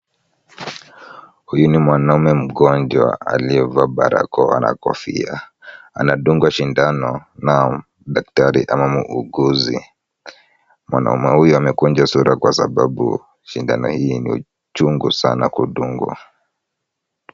Huyu ni mwanaume mgonjwa aliyevaa barakoa na kofia. Anadungwa sindano na daktari ama muuguzi. Mwanaume huyu amekunja sura kwa sababu sindano hii ni uchungu sana kudungwa.